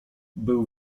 był